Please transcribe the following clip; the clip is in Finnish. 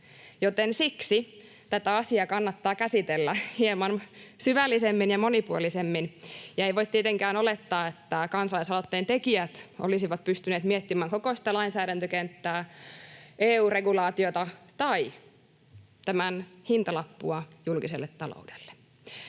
Siksi tätä asiaa kannattaa käsitellä hieman syvällisemmin ja monipuolisemmin, ja ei voi tietenkään olettaa, että kansalaisaloitteen tekijät olisivat pystyneet miettimään koko sitä lainsäädäntökenttää, EU-regulaatiota tai tämän hintalappua julkiselle taloudelle.